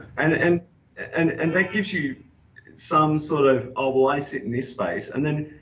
and and and and that gives you some sort of, oh why is it in this space, and then,